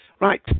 Right